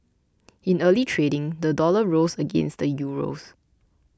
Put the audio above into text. in early trading the dollar rose against the euros